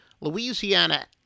Louisiana